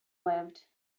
lived